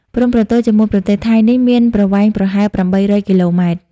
ព្រំប្រទល់ជាមួយប្រទេសថៃនេះមានប្រវែងប្រហែល ៨០០ គីឡូម៉ែត្រ។